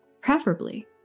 preferably